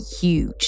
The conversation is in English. huge